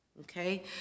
Okay